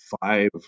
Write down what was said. five